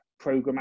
programmatic